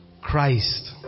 Christ